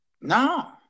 No